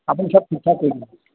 আপুনি চব ঠিকঠাক কৰি দিব